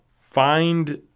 find